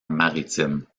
maritime